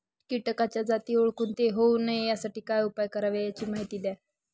किटकाच्या जाती ओळखून ते होऊ नये यासाठी काय उपाय करावे याची माहिती द्या